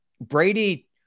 Brady